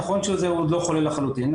נכון שהוא עוד לא חולה לחלוטין,